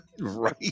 Right